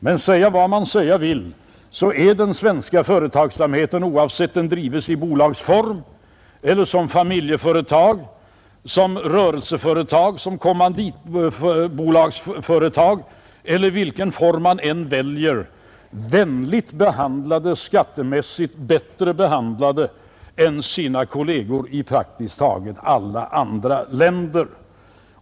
Men säga vad man säga vill: den svenska företagsamheten är — oavsett om den drivs i aktiebolag, familjeföretag, rörelseföretag, kommanditbolag eller vilken annan form man än väljer — vänligt behandlad skattemässigt, bättre behandlad än sina kolleger i praktiskt taget alla andra länder.